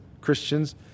Christians